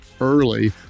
early